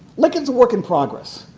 lincoln's work in progress.